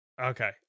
Okay